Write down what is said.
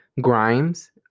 Grimes